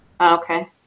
Okay